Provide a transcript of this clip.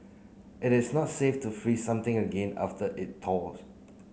it is not safe to freeze something again after it thaws